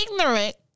ignorant